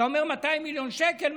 אתה אומר: 200 מיליון שקל.